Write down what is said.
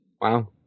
Wow